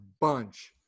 bunch